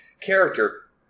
character